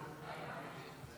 40